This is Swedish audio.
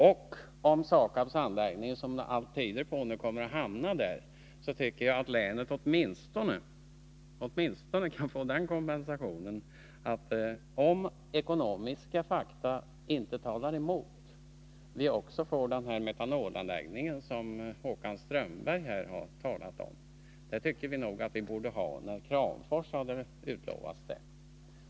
Och om SAKAB:s anläggning — vilket allt tyder på — placeras i Kvarntorp, borde länet som kompensation åtminstone få den metanolanläggning som Håkan Strömberg här har talat om. Det gäller naturligtvis under förutsättning att ekonomiska fakta inte talar emot en sådan placering. Kramfors hade ju utlovats en metanolanläggning i samband med en lokalisering av SAKAB:s anläggning till kommunen.